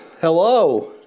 hello